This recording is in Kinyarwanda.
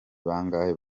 bangahe